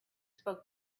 spoke